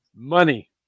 Money